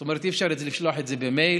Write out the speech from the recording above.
זאת אומרת, אי-אפשר לשלוח את זה במייל.